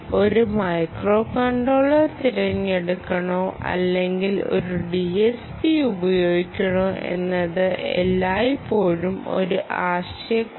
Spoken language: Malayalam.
ഒരു മൈക്രോകൺട്രോളർ തിരഞ്ഞെടുക്കണോ അല്ലെങ്കിൽ ഒരു DSP ഉപയോഗിക്കണോ എന്നത് എല്ലായ്പ്പോഴും ഒരു ആശയക്കുഴപ്പം